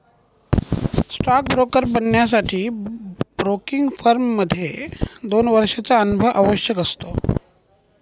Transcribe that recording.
stock broker बनण्यासाठी broking firm मध्ये दोन वर्षांचा अनुभव आवश्यक असतो